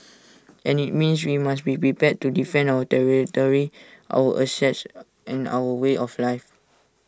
and IT means we must be prepared to defend our territory our assets and our way of life